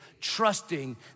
trusting